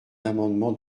amendement